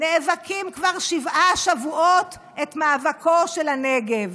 נאבקים כבר שבעה שבועות את מאבקו של הנגב,